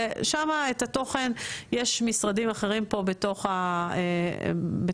ואת התוכן יש משרדים אחרים פה בתוך הממשלה,